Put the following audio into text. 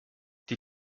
die